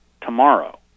tomorrow